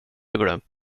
glömt